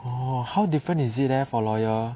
oh how different is it leh for lawyer